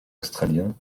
australien